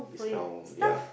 discount ya